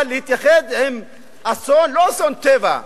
אבל להתייחד עם אסון, לא אסון טבע,